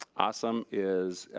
awesome is,